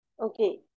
Okay